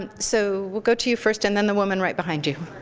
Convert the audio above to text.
and so we'll go to you first, and then the woman right behind you.